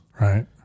Right